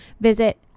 Visit